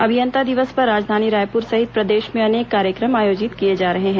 अभियंता दिवस पर राजधानी रायपुर सहित प्रदेश में अनेक कार्यक्रम आयोजित किए जा रहे हैं